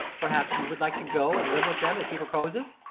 perhaps you would like to go and live with them as he proposes?